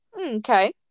okay